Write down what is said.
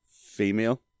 Female